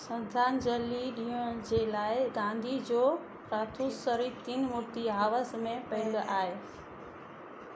श्रद्धांजलि डि॒यणु जे लाइ गांधी जो पार्थिवु शरीर तीन मूर्ती हाउस में पियलु आहे